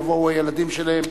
יבואו הילדים שלהם.